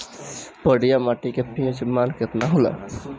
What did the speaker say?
बढ़िया माटी के पी.एच मान केतना होला?